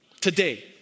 today